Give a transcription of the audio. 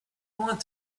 want